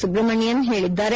ಸುಬ್ರಮಣಿಯನ್ ಹೇಳಿದ್ದಾರೆ